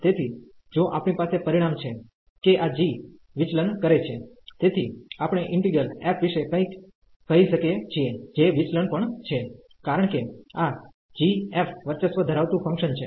તેથી જો આપણી પાસે પરિણામ છે કે આ g વિચલન કરે છે તેથી આપણે ઈન્ટિગ્રલ f વિશે કંઈક કહી શકીએ છીએ જે વિચલન પણ છે કારણ કે આ g f વર્ચસ્વ ધરાવતું ફંકશન છે